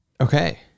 Okay